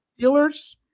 Steelers